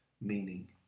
meaning